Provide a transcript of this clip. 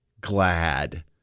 glad